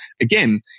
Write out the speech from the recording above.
again